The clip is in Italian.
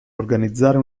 organizzare